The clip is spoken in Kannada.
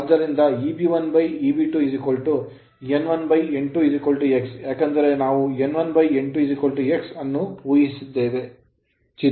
ಆದ್ದರಿಂದ Eb1Eb2 n1n2 x ಏಕೆಂದರೆ ನಾವು n1n2 x ಅನ್ನು ಊಹಿಸಿದ್ದೇವೆ